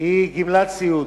הוא גמלת סיעוד.